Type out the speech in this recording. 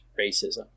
racism